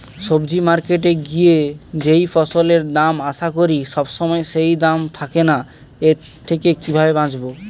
সবজি মার্কেটে গিয়ে যেই ফসলের দাম আশা করি সবসময় সেই দাম থাকে না এর থেকে কিভাবে বাঁচাবো?